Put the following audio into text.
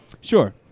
Sure